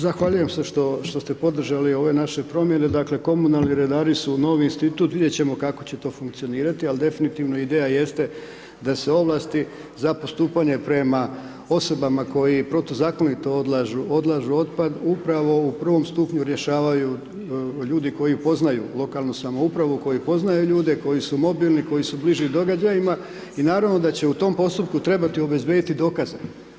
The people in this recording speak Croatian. Pa zahvaljujem se što ste podržali ove naše promjene, dakle komunalni redari su novi institut, vidjet ćemo kako će to funkcionirati ali definitivno ideja jeste da se ovlasti za postupanje prema osobama koji protuzakonito odlažu otpad upravo u ovom prvom stupnju rješavaju ljudi koji poznaju lokalnu samoupravu, koji poznaju ljude, koji su mobilni, koji su bliži događajima i naravno da će u tom postupku trebati obezbijediti dokaze.